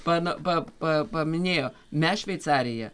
pana pa pa paminėjo mes šveicarija